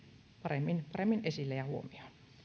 paremmin esille ja huomioon